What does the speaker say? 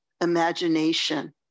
imagination